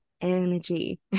energy